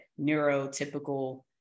neurotypical